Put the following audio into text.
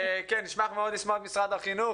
נשמח מאוד לשמוע את משרד החינוך,